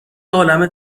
عالمه